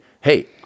hey